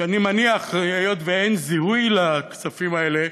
שאני מניח, היות שאין זיהוי לכספים האלה,